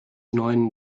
neuen